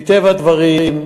מטבע הדברים,